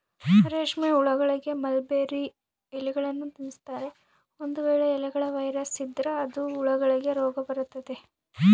ರೇಷ್ಮೆಹುಳಗಳಿಗೆ ಮಲ್ಬೆರ್ರಿ ಎಲೆಗಳ್ನ ತಿನ್ಸ್ತಾರೆ, ಒಂದು ವೇಳೆ ಎಲೆಗಳ ವೈರಸ್ ಇದ್ರ ಅದು ಹುಳಗಳಿಗೆ ರೋಗಬರತತೆ